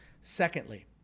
Secondly